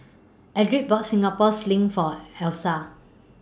Edrie bought Singapore Sling For Leesa